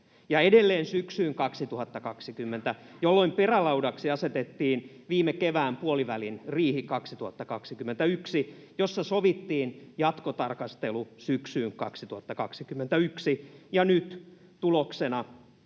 edelleen syksyyn 2020, jolloin perälaudaksi asetettiin viime kevään puolivälin riihi 2021, jossa sovittiin jatkotarkastelu syksyyn 2021, ja nyt sen tuloksena